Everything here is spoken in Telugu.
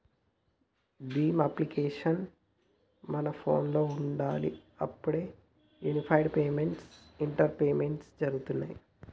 భీమ్ అప్లికేషన్ మన ఫోనులో ఉండాలి అప్పుడే యూనిఫైడ్ పేమెంట్స్ ఇంటరపేస్ పేమెంట్స్ జరుగుతాయ్